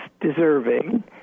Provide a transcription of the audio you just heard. deserving